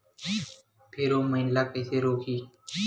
Pheromone ला कइसे रोकही?